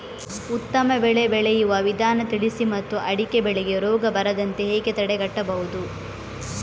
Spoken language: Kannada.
ಉತ್ತಮ ಬೆಳೆ ಬೆಳೆಯುವ ವಿಧಾನ ತಿಳಿಸಿ ಮತ್ತು ಅಡಿಕೆ ಬೆಳೆಗೆ ರೋಗ ಬರದಂತೆ ಹೇಗೆ ತಡೆಗಟ್ಟಬಹುದು?